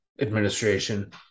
administration